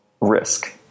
risk